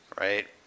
Right